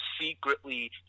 secretly